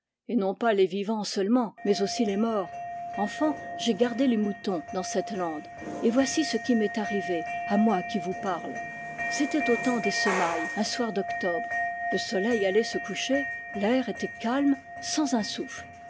et non pas les vivants seulement mais aussi les morts enfant j'ai gardé les moutons dans cette lande et voici ce qui m'est arrivé à moi qui vous parle c'était au temps des semailles un soir d'octobre le soleil allait se coucher l'air était calme sans un souffle